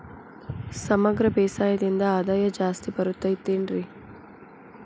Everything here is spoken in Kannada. ಸಮಗ್ರ ಬೇಸಾಯದಿಂದ ಆದಾಯ ಜಾಸ್ತಿ ಬರತೈತೇನ್ರಿ?